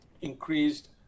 increased